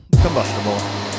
combustible